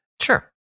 Sure